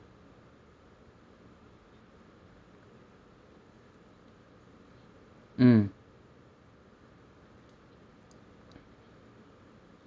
mm